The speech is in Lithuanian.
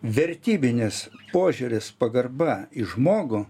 vertybinis požiūris pagarba į žmogų